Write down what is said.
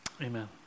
Amen